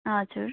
हजुर